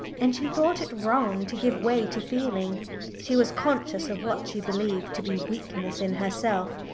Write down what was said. and she thought it wrong to give way to feeling she was conscious of what she believed to be weakness in herself,